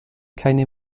keine